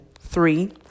Three